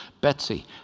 Betsy